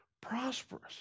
prosperous